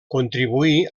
contribuí